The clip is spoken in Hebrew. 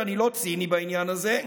ואני לא ציני בעניין הזה,